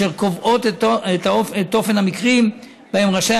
אשר קובעות את האופן והמקרים שבהם רשאי